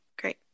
Great